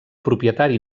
propietari